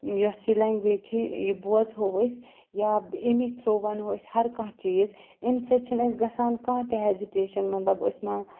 یوٚس یہِ لٮ۪نٛگویج چھِ یہِ بوزہو أسۍ یا امے تھرٛوٗ وَنہو أسۍ ہر کانٛہہ چیٖز امہِ سۭتۍ چھِنہٕ أسۍ گژھان کانٛہہ تہِ ہٮ۪زِٹیشَن مطلب أسۍ ما